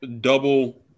double